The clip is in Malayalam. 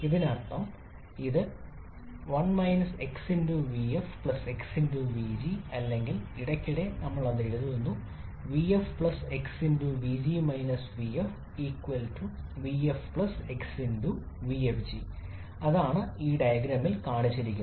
അതിനർത്ഥം ഇത് 1 𝑥𝑣𝑓 𝑥𝑣𝑔 അല്ലെങ്കിൽ ഇടയ്ക്കിടെ ഞങ്ങൾ ഇത് എഴുതുന്നു അതാണ് ഈ ഡയഗ്രാമിൽ കാണിച്ചിരിക്കുന്നത്